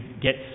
get